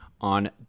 on